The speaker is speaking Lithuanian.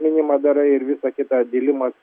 mynimą darai ir visa kita dilimas